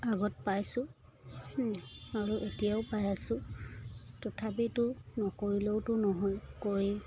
আগত পাইছো আৰু এতিয়াও পাই আছো তথাপিতো নকৰিলেওতো নহয় কৰি